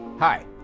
Hi